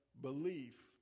belief